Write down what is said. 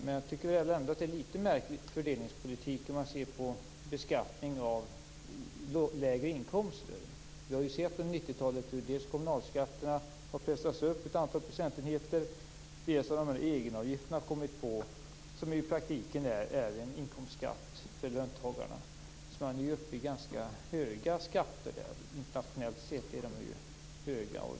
Men beskattningen av lägre inkomster är en märklig fördelningspolitik. Under 90-talet har dels kommunalskatterna pressats upp ett antal procentenheter, dels har egenavgifter kommit till - i praktiken en inkomstskatt för löntagarna. Det blir höga skatter. Internationellt sett är skatterna höga.